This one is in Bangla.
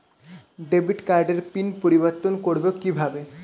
ডেবিট কার্ডের পিন পরিবর্তন করবো কীভাবে?